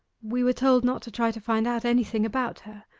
we were told not to try to find out anything about her.